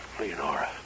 Leonora